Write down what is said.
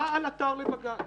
הבעל עתר לבג"ץ.